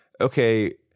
okay